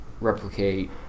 replicate